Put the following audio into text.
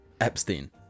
Epstein